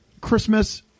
Christmas